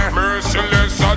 merciless